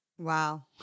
Wow